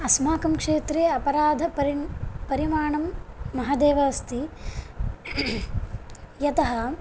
अस्माकं क्षेत्रे अपराधपरि परिमाणं महदेव अस्ति यतः